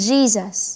Jesus